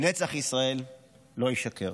נצח ישראל לא ישקר.